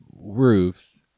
roofs